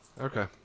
Okay